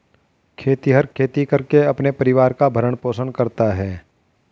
खेतिहर खेती करके अपने परिवार का भरण पोषण करता है